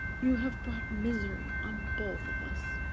you have brought misery on both of us.